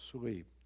sleep